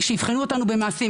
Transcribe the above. שיבחנו אותנו במעשים,